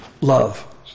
love